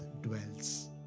dwells